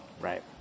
Right